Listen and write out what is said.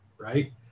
right